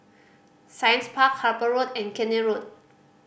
Science Park Harper Road and Keene Road